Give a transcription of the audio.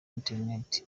internet